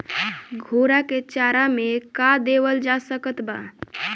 घोड़ा के चारा मे का देवल जा सकत बा?